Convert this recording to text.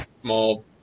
small